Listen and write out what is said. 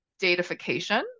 datafication